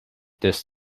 this